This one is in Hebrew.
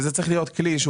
וזה צריך להיות כלי,